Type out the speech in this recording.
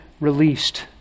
released